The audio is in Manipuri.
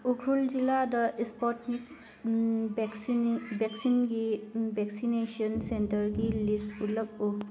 ꯎꯈ꯭ꯔꯨꯜ ꯖꯤꯂꯥꯗ ꯏꯁꯄꯨꯅꯤꯛ ꯚꯦꯛꯁꯤꯟ ꯚꯦꯛꯁꯤꯟꯒꯤ ꯚꯦꯛꯁꯤꯅꯦꯁꯟ ꯁꯦꯟꯇꯔꯒꯤ ꯂꯤꯁ ꯎꯠꯂꯛꯎ